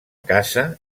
casa